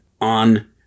on